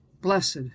Blessed